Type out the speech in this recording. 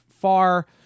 far